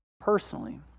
personally